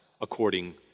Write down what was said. according